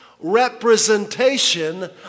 representation